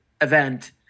event